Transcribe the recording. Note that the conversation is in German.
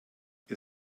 ihr